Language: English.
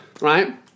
right